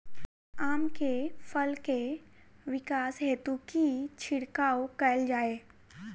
आम केँ फल केँ विकास हेतु की छिड़काव कैल जाए?